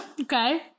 Okay